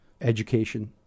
education